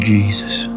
Jesus